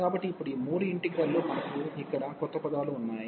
కాబట్టి ఇప్పుడు ఈ మూడు ఇంటిగ్రల్లు మనకు ఇక్కడ కొత్త పదాలు ఉన్నాయి